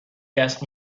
دست